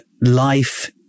life